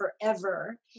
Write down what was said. forever